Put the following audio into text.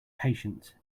patience